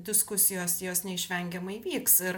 diskusijos jos neišvengiamai vyks ir